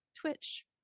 Twitch